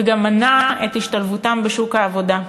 וגם מנע את השתלבותם בשוק העבודה.